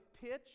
pitch